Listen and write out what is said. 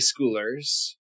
schoolers